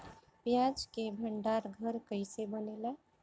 प्याज के भंडार घर कईसे बनेला?